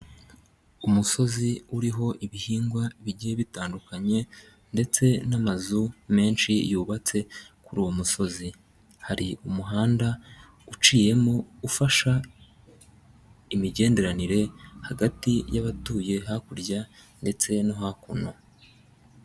Umusozi uriho ibihingwa bigiye bitandukanye ndetse n'amazu menshi yubatse kuri uwo musozi, hari umuhanda uciyemo, ufasha imigenderanire hagati y'abatuye hakurya ndetse no hakuno.